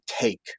take